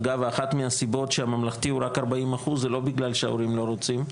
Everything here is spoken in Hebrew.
אגב אחת מהסיבות שהממלכתי זה רק ארבעים אחוז זה לא בגלל שהם לא רוצים,